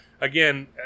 again